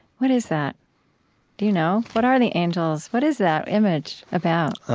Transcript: what is that? do you know? what are the angels? what is that image about?